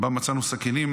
שבו מצאנו סכינים,